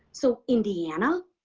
so indiana,